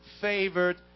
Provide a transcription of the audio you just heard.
favored